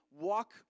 walk